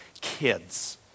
kids